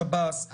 שב"ס,